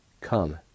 Come